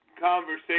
conversation